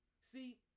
See